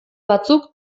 batzuk